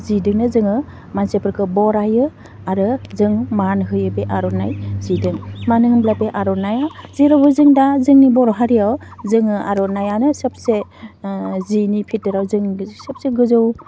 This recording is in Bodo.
जिदोंनो जोङो मानसिफोरखौ बरायो आरो जों मान होयो बे आर'नाइ जिदों मानो होनब्ला बे आर'नाइया जेरावबो जों दा जोंनि बर' हारियाव जोङो आर'नाइयानो सबसे ओह जिनि बिथोराव जोंनि सबसे गोजौ